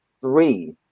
three